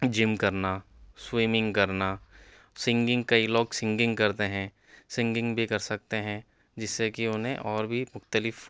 جم کرنا سوئیمنگ کرنا سنگنگ کئی لوگ سنگنگ کرتے ہیں سنگنگ بھی کر سکتے ہیں جس سے کہ انہیں اور بھی مختلف